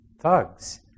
thugs